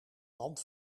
land